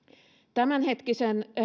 tämänhetkisen